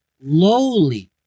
lowly